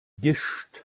gischt